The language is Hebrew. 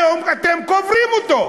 היום אתם קוברים אותו.